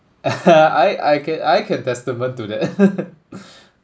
I I can I can testament to that